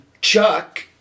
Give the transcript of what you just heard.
Chuck